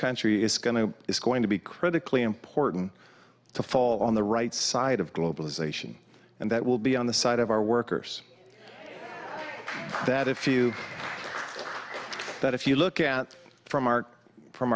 country is going to it's going to be critically important to fall on the right side of globalization and that will be on the side of our workers that if you that if you look at it from art from